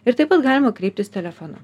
ir taip pat galima kreiptis telefonu